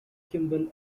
kimball